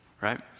right